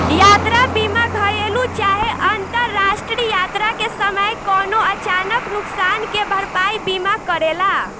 यात्रा बीमा घरेलु चाहे अंतरराष्ट्रीय यात्रा के समय कवनो अचानक नुकसान के भरपाई बीमा करेला